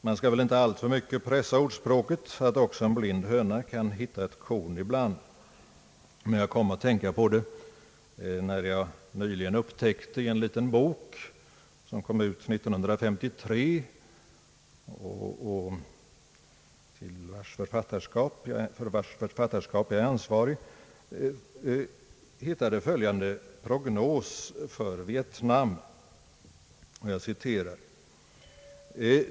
Man skall väl inte alltför mycket pressa ordspråket att också en blind höna hittar ett korn ibland, men jag kom att tänka på det när jag nyligen i en liten bok, som kom ut 1953 och för vars författarskap jag är ansvarig, hittade följande prognos för Vietnam.